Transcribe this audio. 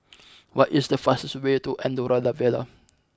what is the fastest way to Andorra La Vella